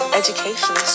education